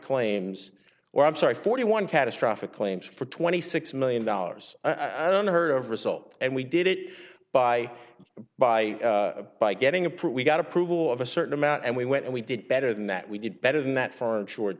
claims or i'm sorry forty one catastrophic claims for twenty six million dollars i don't heard of result and we did it by by by getting approved we got approval of a certain amount and we went and we did better than that we did better than that for insure